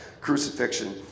crucifixion